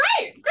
great